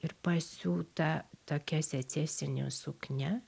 ir pasiūta tokia secesinė suknia